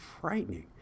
frightening